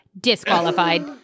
Disqualified